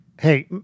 Hey